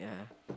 yeah